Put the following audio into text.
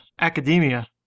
academia